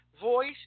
voice